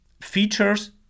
features